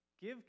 Give